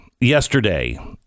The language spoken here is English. yesterday